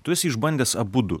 tu esi išbandęs abudu